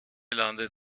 landet